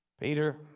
Peter